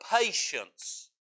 patience